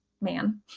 man